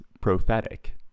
prophetic